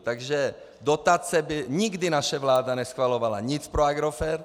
Takže dotace by nikdy naše vláda neschvalovala, nic pro Agrofert.